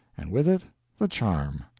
and with it the charm.